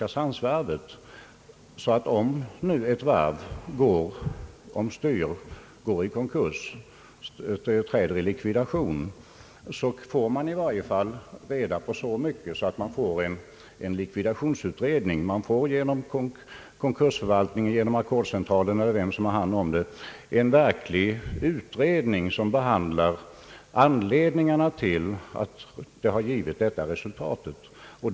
Jag vill med anledning därav säga att om ett varv går omkull eller går i konkurs eller träder i likvidation, görs det en likvidationsutredning. Man får genom konkursförvaltningen, genom ackordscentralen eller den som har hand om det hela en verklig utredning som belyser anledningarna till detta resultat.